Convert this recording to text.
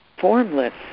Formless